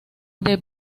del